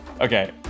Okay